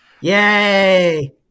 Yay